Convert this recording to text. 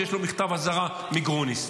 שיש לו מכתב אזהרה מגרוניס.